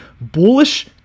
bullish